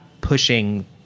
pushing